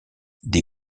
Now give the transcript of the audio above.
des